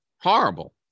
Horrible